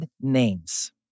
names